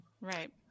Right